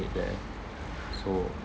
it there so